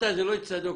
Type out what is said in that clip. מזמנכם.